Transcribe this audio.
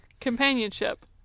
Companionship